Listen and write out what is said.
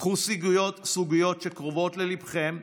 קחו סוגיות שקרובות לליבכם,